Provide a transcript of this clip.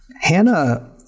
Hannah